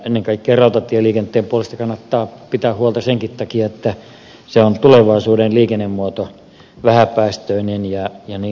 ennen kaikkea rautatieliikenteen puolesta kannattaa pitää huolta senkin takia että se on tulevaisuuden liikennemuoto vähäpäästöinen jnp